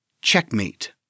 Checkmate